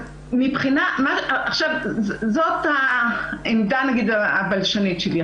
זו העמדה הבלשנית שלי.